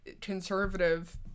conservative